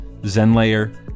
Zenlayer